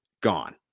gone